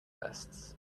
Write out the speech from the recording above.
vests